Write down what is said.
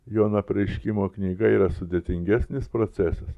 jono apreiškimo knyga yra sudėtingesnis procesas